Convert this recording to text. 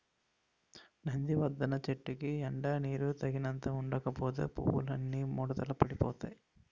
నందివర్థనం చెట్టుకి ఎండా నీరూ తగినంత ఉండకపోతే పువ్వులన్నీ ముడతలు పడిపోతాయ్